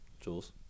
Jules